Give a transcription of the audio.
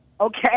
okay